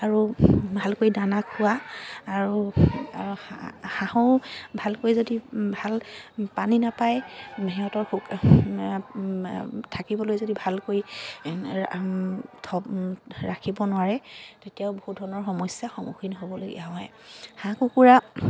আৰু ভালকৈ দানা খোৱা আৰু হাঁহো ভালকৈ যদি ভাল পানী নাপায় সিহঁতৰ থাকিবলৈ যদি ভালকৈ ৰাখিব নোৱাৰে তেতিয়াও বহু ধৰণৰ সমস্যাৰ সন্মুখীন হ'বলগীয়া হয় হাঁহ কুকুৰা